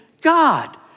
God